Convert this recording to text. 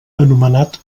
anomenat